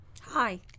Hi